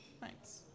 thanks